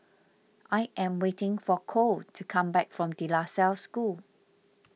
I am waiting for Cole to come back from De La Salle School